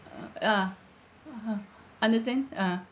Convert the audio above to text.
uh ah (uh huh) understand ah